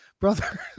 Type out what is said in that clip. brother